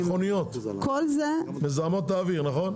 אני רוצה להבין, מכוניות מזהמות את האוויר נכון?